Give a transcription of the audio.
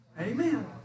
Amen